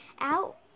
out